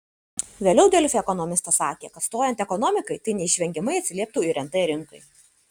vėliau delfi ekonomistas sakė kad stojant ekonomikai tai neišvengiamai atsilieptų ir nt rinkai